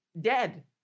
dead